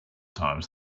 times